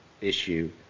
issue